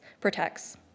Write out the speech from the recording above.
protects